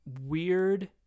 weird